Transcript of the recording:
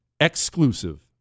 exclusive